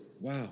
Wow